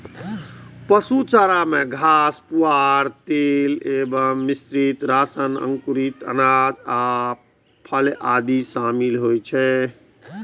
पशु चारा मे घास, पुआर, तेल एवं मिश्रित राशन, अंकुरित अनाज आ फली आदि शामिल होइ छै